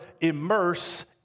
immerse